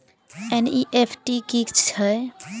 NEFT की छीयै?